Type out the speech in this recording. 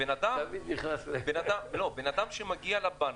בן אדם שמגיע לבנק,